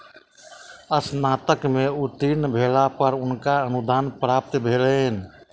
स्नातक में उत्तीर्ण भेला पर हुनका अनुदान प्राप्त भेलैन